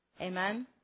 Amen